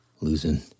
losing